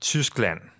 Tyskland